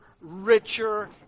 richer